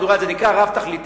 זה נקרא רב-תכליתי,